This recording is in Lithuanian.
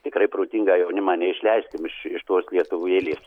tikrai protingą jaunimą neišleiskim iš iš tos lietuvėlės